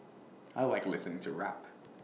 I Like listening to rap